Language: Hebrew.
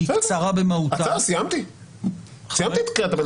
שהיא קצרה במהותה --- סיימתי את קריאת הביניים.